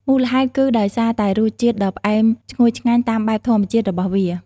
មូលហេតុគឺដោយសារតែរសជាតិដ៏ផ្អែមឈ្ងុយឆ្ងាញ់តាមបែបធម្មជាតិរបស់វា។